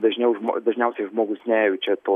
dažniau žmo dažniausiai žmogus nejaučia to